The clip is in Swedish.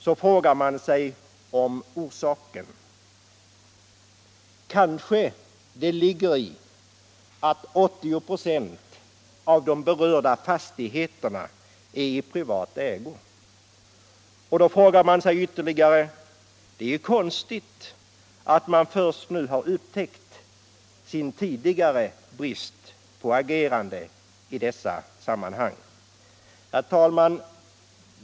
Man frågar vad orsaken härtill kan vara. Kanske beror det på att 80 26 av de berörda fastigheterna är i privat ägo. Det är konstigt att man först nu upptäckt sin tidigare brist på agerande i dessa sammanhang. Herr talman!